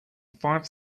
five